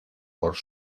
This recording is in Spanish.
por